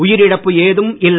உயிரிழப்பு ஏதும் இல்லை